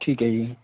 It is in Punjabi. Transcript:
ਠੀਕ ਹੈ ਜੀ